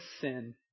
sin